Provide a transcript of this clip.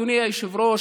אדוני היושב-ראש,